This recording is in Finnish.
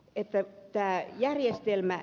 eu käyttää järjestelmä